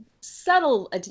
subtle